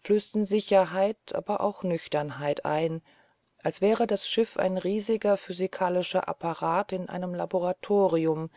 flößten sicherheit aber auch nüchternheit ein als wäre das schiff ein riesiger physikalischer apparat in einem laboratorium